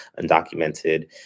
undocumented